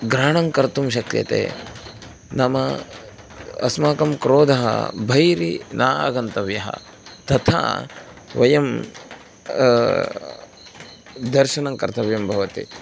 ग्रहणं कर्तुं शक्यते नाम अस्माकं क्रोधः बहिर्नागन्तव्यः तथा वयं दर्शनं कर्तव्यं भवति